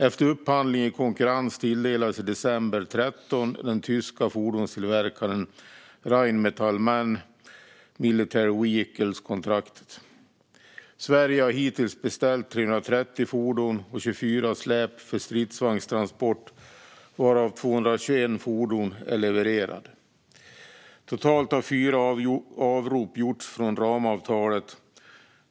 Efter upphandling i konkurrens tilldelades i december 2013 den tyska fordonstillverkaren Rheinmetall MAN Military Vehicles, RMMV, kontraktet. Sverige har hittills beställt 330 fordon och 24 släp för stridsvagnstransport, varav 221 fordon är levererade. Totalt har fyra avrop gjorts från ramavtalet.